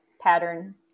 pattern